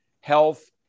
health